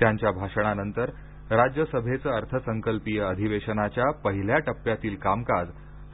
त्यांच्या भाषणानंतर राज्य सभेच अर्थसंकल्पीय अधिवेशनाच्या पहिल्या टप्प्यातील कामकाज